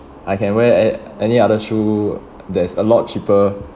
I can wear a~ any other shoe that's a lot cheaper